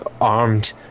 armed